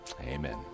Amen